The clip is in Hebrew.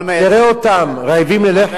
תראה אותם, אדוני, רעבים ללחם.